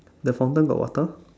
the fountain got water